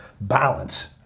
balance